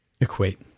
equate